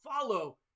follow